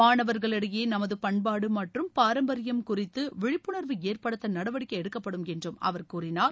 மாணவர்களிடையே நமது பண்பாடு மற்றும் பாரம்பரிம் குறித்து விழிப்புணர்வு ஏற்படுத்த நடவடிக்கை எடுக்கப்படும் என்று அவர் கூறினார்